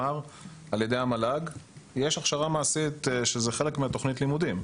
אני הייתי אמון על הכשרת פרמדיקים במדינת ישראל במשך מספר שנים גם.